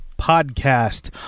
Podcast